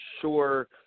sure